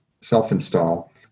self-install